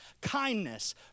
kindness